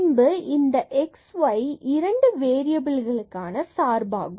பின்பு இவை இந்த xy இரண்டு வேறியபில்களுக்கான சார்பாகும்